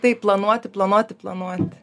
tai planuoti planuoti planuoti